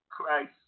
Christ